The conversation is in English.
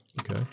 Okay